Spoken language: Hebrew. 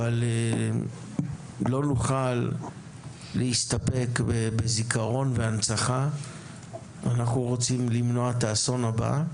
אבל לא נוכל להסתפק בזיכרון ובהנצחה; אנחנו רוצים למנוע את האסון הבא,